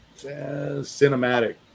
cinematic